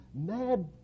mad